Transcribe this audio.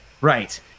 right